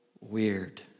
weird